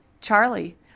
Charlie